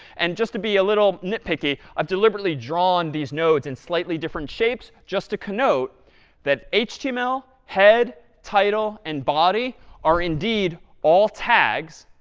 and just to be a little nit-picky, i've deliberately drawn these nodes in slightly different shapes just to connote that html, head, title, and body are indeed all tags,